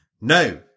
No